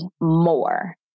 more